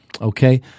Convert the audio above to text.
Okay